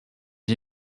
you